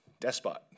despot